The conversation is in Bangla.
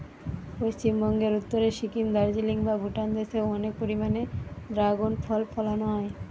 পশ্চিমবঙ্গের উত্তরে সিকিম, দার্জিলিং বা ভুটান দেশে অনেক পরিমাণে দ্রাগন ফল ফলানা হয়